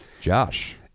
Josh